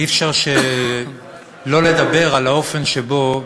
אי-אפשר שלא לדבר על האופן שבו,